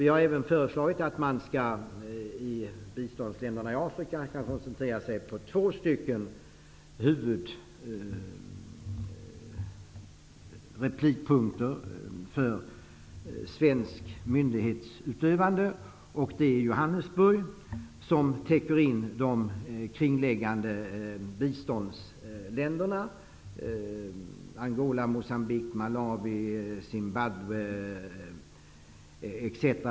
Vi har även föreslagit att man i biståndsländerna i Afrika koncentrerar sig på två huvudpunkter när det gäller svenskt myndighetsutövande. Johannesburg täcker in de kringliggande biståndsländerna, såsom Angola, Moçambique, Malawi, Zimbabwe, m.fl. länder.